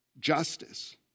justice